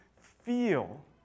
feel